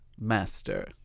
master